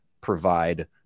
provide